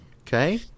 Okay